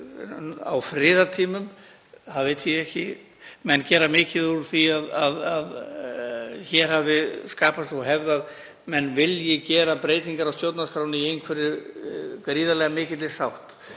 á friðartímum veit ég ekki. Menn gera mikið úr því að hér hafi skapast sú hefð að menn vilji gera breytingar á stjórnarskránni í einhverri gríðarlega mikilli sátt.